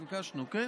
ביקשנו, כן.